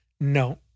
No